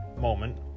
moment